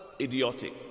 idiotic